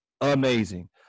amazing